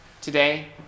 Today